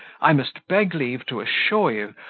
i must beg leave to assure you,